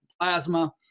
plasma